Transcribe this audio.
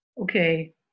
okay